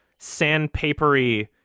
sandpapery